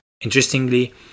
Interestingly